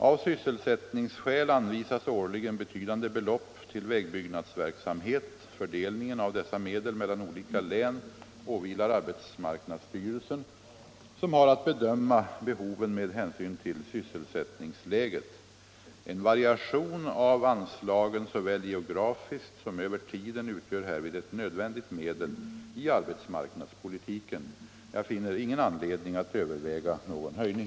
Av sysselsättningsskäl anvisas årligen betydande belopp till vägbyggnadsverksamhet. Fördelningen av dessa medel mellan olika län åvilar arbetsmarknadsstyrelsen som har att bedöma behoven med hänsyn till sysselsättningsläget. En variation av anslagen såväl geografiskt som över tiden utgör härvid ett nödvändigt medel i arbetsmarknadspolitiken. Jag finner ingen anledning att överväga någon höjning.